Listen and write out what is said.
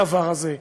הדבר הזה.